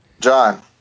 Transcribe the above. John